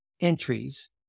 entries